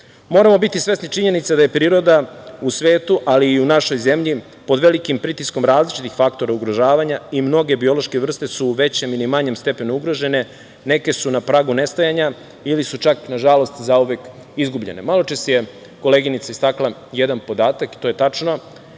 resurs. Moramo biti svesni činjenica da je priroda u svetu, ali i u našoj zemlji pod velikim pritiskom različitih faktora ugrožavanja i mnoge biološke vrste su većem ili manjem stepenu ugrožene, neke su na pragu nestajanja ili su čak, nažalost, zauvek izgubljene. Maločas je koleginica istakla jedan podatak, to je tačno.